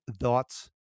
thoughts